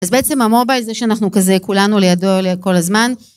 אז בעצם המובייל זה שאנחנו כזה כולנו לידו כל הזמן.